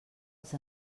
els